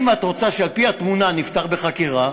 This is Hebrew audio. אם את רוצה שעל-פי התמונה נפתח בחקירה,